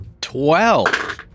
Twelve